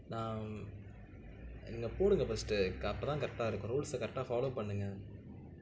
அண்ணா நீங்கள் போடுங்க ஃபஸ்ட் அப்போ தான் கரெக்டாயிருக்கும் ரூல்ஸை கரெக்டாக ஃபாலோ பண்ணுங்க